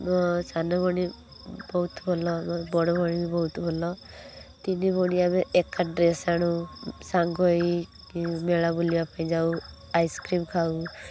ମୋ ସାନ ଭଉଣୀ ବହୁତ ଭଲ ମୋ ବଡ଼ ଭଉଣୀ ବି ବହୁତ ଭଲ ତିନି ଭଉଣୀ ଆମେ ଏକା ଡ୍ରେସ ଆଣୁ ସାଙ୍ଗ ହେଇକି ମେଳା ବୁଲିବା ପାଇଁ ଯାଉ ଆଇସକ୍ରିମ ଖାଉ